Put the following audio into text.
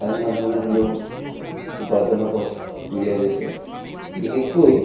অন্য ধৰণে হ'লেও উপাৰ্জনৰ পথ উলিয়াই লৈছে বিশেষকৈ